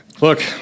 Look